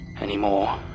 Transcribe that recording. anymore